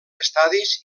estadis